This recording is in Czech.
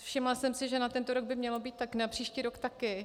Všimla jsem si, že na tento rok by mělo být, na příští rok taky.